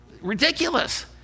Ridiculous